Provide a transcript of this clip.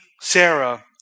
Sarah